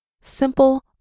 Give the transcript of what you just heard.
Simple